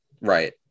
Right